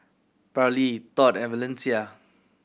Parlee Tod and Valencia